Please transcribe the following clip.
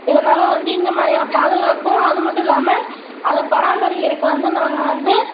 இதனால் வந்து இந்த மாதிரியான பாதுகாப்பும் அது மட்டும் இல்லாமல் அதை பராமரிக்கறதுக்கு வந்து நாங்கள் வந்து